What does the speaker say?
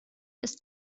ist